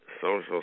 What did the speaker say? social